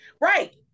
right